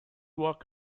walk